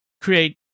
create